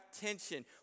tension